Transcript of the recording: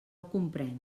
comprenc